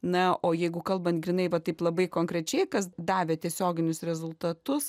na o jeigu kalbant grynai va taip labai konkrečiai kas davė tiesioginius rezultatus